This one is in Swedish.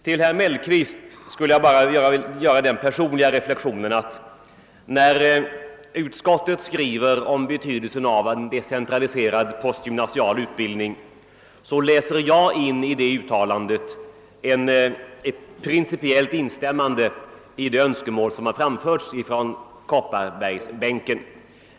Till herr Mellqvist vill jag göra den personliga reflexionen att när utskottet skriver om betydelsen av en decentraliserad postgymnasial utbildning läser jag däri in ett principiellt instämmande i de önskemål som har framförts från Kopparbergsbänken.